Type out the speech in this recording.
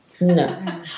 No